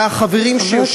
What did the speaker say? והחברים שיושבים אתה,